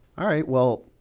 alright. well,